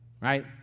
right